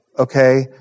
Okay